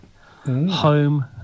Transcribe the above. Home